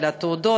של התעודות,